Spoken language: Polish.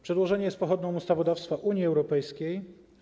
Przedłożenie jest pochodną ustawodawstwa Unii Europejskiej.